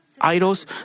idols